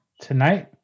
Tonight